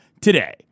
today